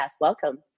Welcome